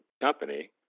company